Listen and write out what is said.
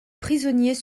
prisonniers